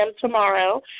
tomorrow